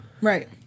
right